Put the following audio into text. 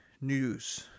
news